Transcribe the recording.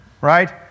right